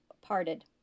parted